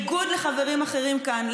בניגוד לחברים אחרים כאן,